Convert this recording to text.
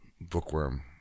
bookworm